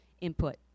input